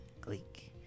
Gleek